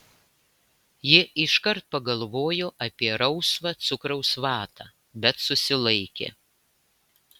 ji iškart pagalvojo apie rausvą cukraus vatą bet susilaikė